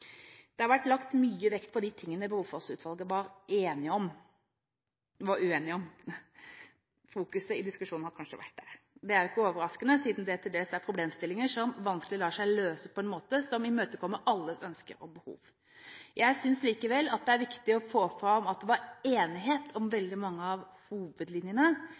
Det har vært lagt mye vekt på de tingene Brofoss-utvalget var uenig om. Fokuset i diskusjonen har kanskje vært der. Det er ikke overraskende, siden dette til dels er problemstillinger som vanskelig lar seg løse på en måte som imøtekommer alles ønsker og behov. Jeg synes likevel det er viktig å få fram at det var enighet om veldig mange av hovedlinjene.